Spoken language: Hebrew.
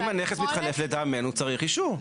אם הנכס מתחלף, לטעמנו, צריך אישור.